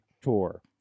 tour